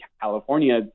California